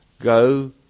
go